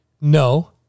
no